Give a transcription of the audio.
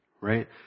Right